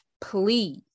please